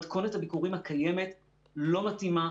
מתכונת הביקורים הקיימת לא מתאימה,